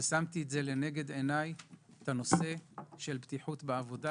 ושמתי את נושא הבטיחות בעבודה לנגד עיני.